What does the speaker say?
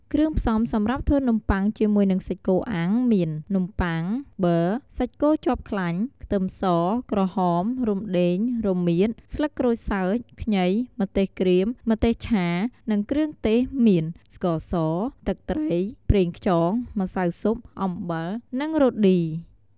គ្រឿងផ្សំសម្រាប់ធ្វើនំបុ័ងជាមួយនឹងសាច់គោអាំងមាន នំប័ុង ប័រ សាច់គោជាប់ខ្លាញ់ ខ្ទឹមស ក្រហម រំដេង រមៀត ស្លឹកក្រូចសើច ខ្ញី ម្ទេសក្រៀម ម្ទេសឆា និងគ្រឿងទេសមាន ស្ករស ទឹកត្រី ប្រងខ្យង ម្សៅស៊ុប អំបិល និង រ៉តឌី។